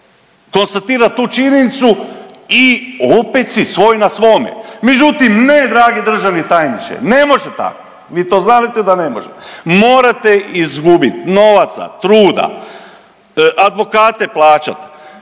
konstatirao tu činjenicu i opet si svoj na svome. Međutim, ne dragi državni tajniče ne može tako, vi to znadete da ne može, morate izgubiti novaca, truda, advokate plaćat,